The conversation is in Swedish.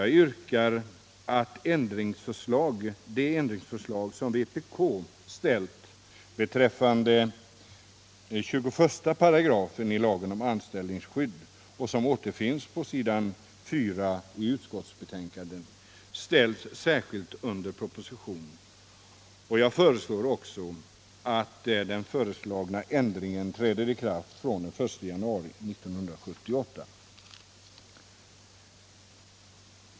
Jag yrkar att det ändringsförslag som vpk framställt beträffande 21 3 i lagen om anställningsskydd och som återfinns på s. 4 i utskottsbetänkandet ställs under särskild proposition. Jag yrkar också att den föreslagna ändringen träder i kraft fr.o.m. den 1 januari 1978.